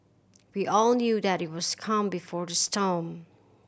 we all knew that it was calm before the storm